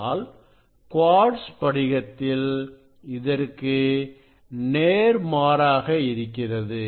ஆனால் குவாட்ஸ் படிகத்ததில் இதற்கு நேர்மாறாக இருக்கிறது